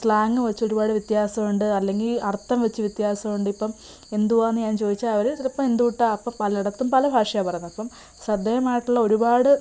slang വച്ച് ഒരുപാട് വ്യത്യാസമുണ്ട് അല്ലെങ്കിൽ അർത്ഥം വച്ച് വ്യത്യാസമുണ്ട് ഇപ്പം എന്തുവാന്ന് ഞാൻ ചോദിച്ചാൽ അവർ ചിലപ്പം എന്തുട്ടാ അപ്പം പലയിടത്തും പല ഭാഷയാ പറയുന്നത് അപ്പം ശ്രദ്ധേയമായിട്ടുള്ള ഒരുപാട്